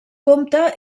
compta